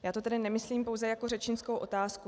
Já to tedy nemyslím pouze jako řečnickou otázku.